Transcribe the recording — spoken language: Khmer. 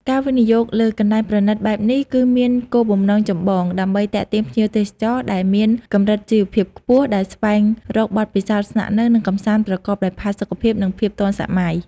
ការវិនិយោគលើកន្លែងប្រណីតបែបនេះ គឺមានគោលបំណងចម្បង ដើម្បីទាក់ទាញភ្ញៀវទេសចរដែលមានកម្រិតជីវភាពខ្ពស់ ដែលស្វែងរកបទពិសោធន៍ស្នាក់នៅ និងកម្សាន្តប្រកបដោយផាសុកភាព និងភាពទាន់សម័យ។